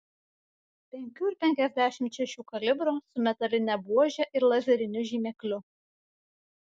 penkių ir penkiasdešimt šešių kalibro su metaline buože ir lazeriniu žymekliu